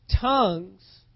Tongues